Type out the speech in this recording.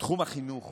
שתחום החינוך